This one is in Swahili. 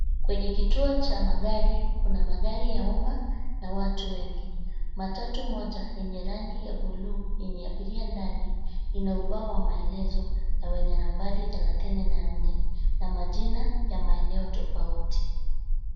Kwenye kituo cha magari kuna magari ya uma na watu wengi. Matatu moja yenye rangi ya bluu yenye abiria ndani ina ubao wa maelezo na wenye nambari thelathini na nne na majina ya maeneo tofauti.